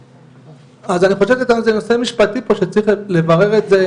אז אני חושב שזה נושא משפטי שצריך לברר את זה.